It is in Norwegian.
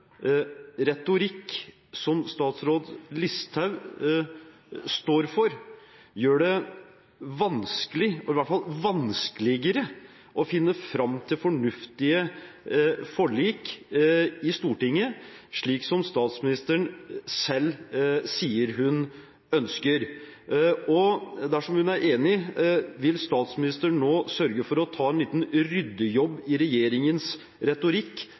retorikk som statsråd Listhaug står for, gjør det vanskelig, i hvert fall vanskeligere, å finne fram til fornuftige forlik i Stortinget, slik som statsministeren selv sier hun ønsker? Dersom hun er enig: Vil statsministeren nå sørge for å ta en liten ryddejobb i regjeringens retorikk